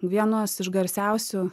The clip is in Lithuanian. vienos iš garsiausių